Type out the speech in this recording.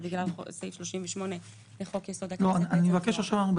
ובגלל סעיף 38 לחוק יסוד: הכנסת --- אני מבקש להמשיך להקריא.